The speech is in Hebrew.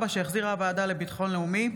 2024, שהחזירה הוועדה לביטחון לאומי.